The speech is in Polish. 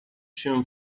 się